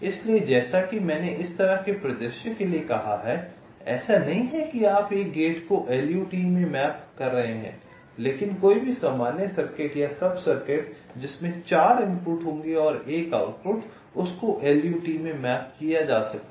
इसलिए जैसा कि मैंने इस तरह के परिदृश्य के लिए कहा है ऐसा नहीं है कि आप एक गेट को LUT में मैप कर रहे हैं लेकिन कोई भी सामान्य सर्किट या सब सर्किट जिसमें 4 इनपुट होंगे और 1 आउटपुट उसको LUT में मैप किया जा सकता है